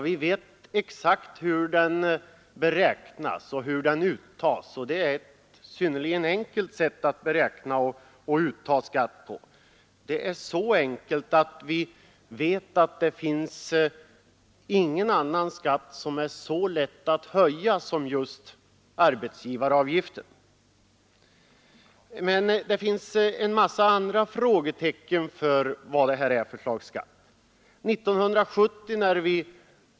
Vi vet exakt hur den beräknas och uttas, och detta är synnerligen enkelt. Beräkningssättet är så enkelt, att vi vet att ingen annan skatt är så lätt att höja som just arbetsgivaravgiften. Men det finns en massa andra frågetecken för vad slags skatt detta är.